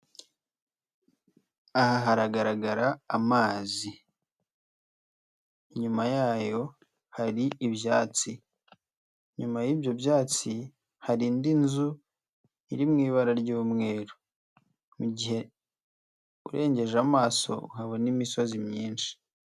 Aha haragaragara amazi, inyuma yayo hari ibyatsi, inyuma y'ibyo byatsi hari indi nzu iri mu ibara ry'umweru. Mu gihe urengeje amaso uhabona imisozi myinshi.